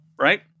right